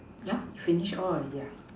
yeah you finish all already ah